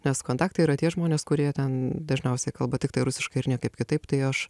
nes kontakte yra tie žmonės kurie ten dažniausiai kalba tiktai rusiškai ir niekaip kitaip tai aš